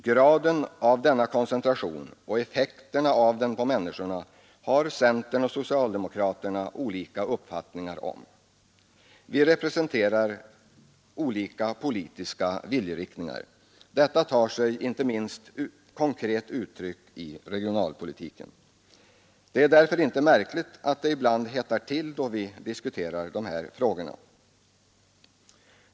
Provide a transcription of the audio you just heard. Graden av denna koncentration och effekten av den för människorna har centern och socialdemokraterna olika uppfattningar om. Vi representerar olika politiska viljeriktningar. Detta tar sig inte minst konkret uttryck i regionalpolitiken. Det är därför inte märkligt att det ibland hettar till när vi diskuterar dessa frågor.